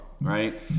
right